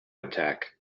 attack